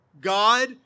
God